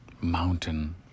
mountain